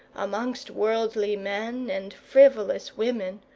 amongst worldly men and frivolous women,